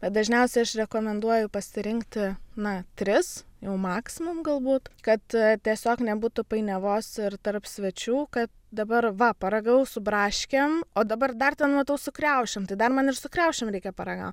bet dažniausiai aš rekomenduoju pasirinkti na tris jau maksimum galbūt kad tiesiog nebūtų painiavos ir tarp svečių kad dabar va paragavau su braškėm o dabar dar ten matau su kriaušėm tai dar man ir su kriaušėm reikia paragaut